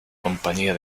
compañía